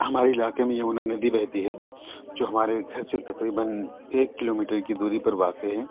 ہمارے علاقے میں یمونا ندی بہتی ہے جو ہمارے گھر سے تقریباً ایک کلو میٹر کی دوری پر واقع ہے